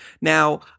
now